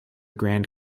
grand